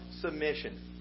submission